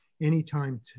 anytime